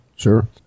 Sure